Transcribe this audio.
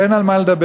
ואין על מה לדבר.